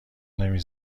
نمی